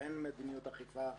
אין מדיניות אכיפה פרטנית.